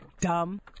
dumb